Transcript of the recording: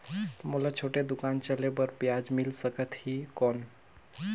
मोला छोटे दुकान चले बर ब्याज मिल सकत ही कौन?